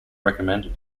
recommended